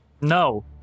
No